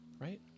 right